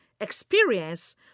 experience